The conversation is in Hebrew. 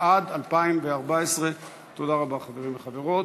התשע"ד 2014. תודה רבה, חברים וחברות.